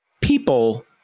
people